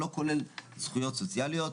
לא כולל זכויות סוציאליות.